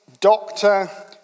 doctor